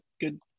good